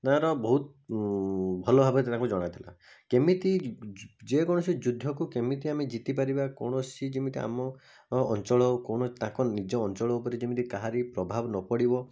ତା'ର ବହୁତ ଭଲଭାବେ ତାଙ୍କୁ ଜଣାଥିଲା କେମତି ଯେକୌଣସି ଯୁଦ୍ଧକୁ କେମିତି ଆମେ ଜିତିପାରିବା କୌଣସି ଯେମିତି ଆମ ଅଞ୍ଚଳ କୌଣସି ତାଙ୍କ ନିଜ ଅଞ୍ଚଳ ଉପରେ ଯେମିତି କାହାରି ପ୍ରଭାବ ନ ପଡ଼ିବ